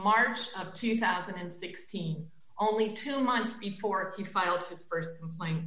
march of two thousand and sixteen only two months before he filed for m